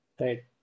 right